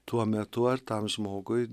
tuo metu ar tam žmogui